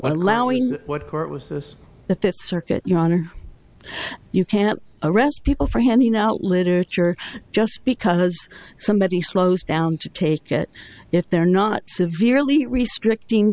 allowing what court was this that that circuit your honor you can't arrest people for handing out literature just because somebody slows down to take it if they're not severely restricting